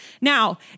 Now